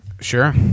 sure